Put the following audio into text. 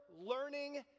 learning